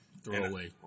throwaway